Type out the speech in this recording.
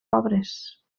pobres